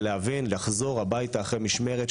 וצריך להבין - לחזור הביתה אחרי משמרת,